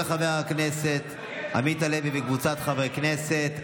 של חבר הכנסת עמית הלוי וקבוצת חברי הכנסת.